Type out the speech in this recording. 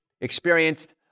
experienced